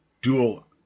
dual